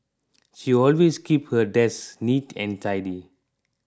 she always keeps her desk neat and tidy